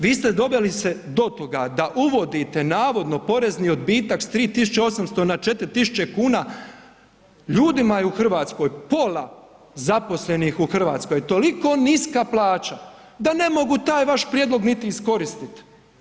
Vi ste doveli se do toga da uvodite navodno porezni odbitak s 3.800 na 4.000 kuna, ljudima je u Hrvatskoj, pola zaposlenih u Hrvatskoj toliko niska plaća da ne mogu taj vaš prijedlog niti iskoristit.